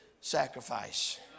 sacrifice